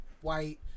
white